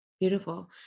Beautiful